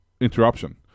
interruption